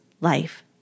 life